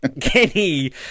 Kenny